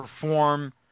perform